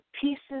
pieces